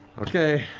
okay.